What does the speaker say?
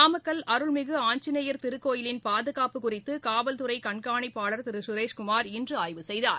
நாமக்கல் அருள்மிகு ஆஞ்சநேயர் திருக்கோயிலின் பாதுகாப்பு குறித்துகாவல்துறைகண்காணிப்பாளர் திருசுரேஷ் குமார் இன்றுஆய்வு செய்தார்